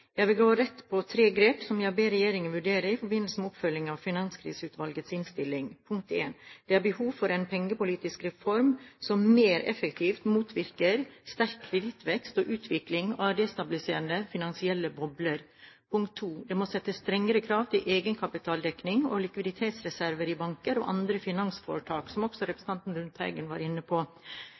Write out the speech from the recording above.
Jeg vil gå rett på tre grep som jeg ber regjeringen vurdere i forbindelse med oppfølging av Finanskriseutvalgets innstilling: Det er behov for en pengepolitisk reform som mer effektivt motvirker sterk kredittvekst og utvikling av destabiliserende finansielle bobler. Det må settes strengere krav til egenkapitaldekning og likviditetsreserver i banker og andre finansforetak, som også representanten Lundteigen var inne på.